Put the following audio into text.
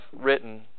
written